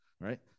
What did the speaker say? Right